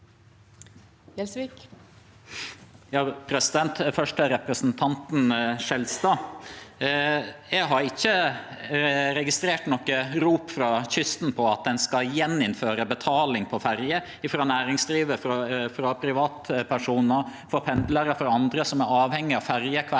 Eg har ikkje registrert noko rop frå kysten om at ein skal gjeninnføre betaling av ferje frå næringslivet, frå privatpersonar, frå pendlarar eller andre som er avhengige av ferje kvar